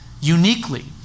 uniquely